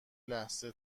لحظه